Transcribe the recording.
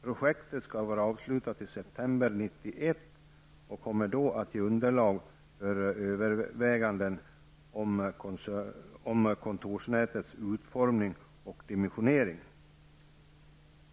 Projektet skall vara avslutat i september 1991 och kommer då att ge underlag för överväganden om kontorsnätets utformning och dimensionering.